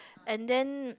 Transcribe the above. and then